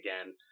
again